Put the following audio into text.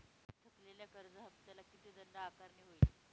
थकलेल्या कर्ज हफ्त्याला किती दंड आकारणी होईल?